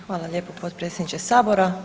Hvala lijepo potpredsjedniče Sabora.